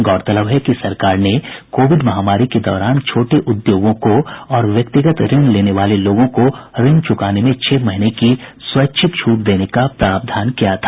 गौरतलब है कि सरकार ने कोविड महामारी के दौरान छोटे उद्योगों को और व्यक्तिगत ऋण लेने वाले लोगों को ऋण चुकाने में छह महीने की स्वैच्छिक छूट देने का प्रावधान किया था